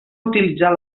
utilitzar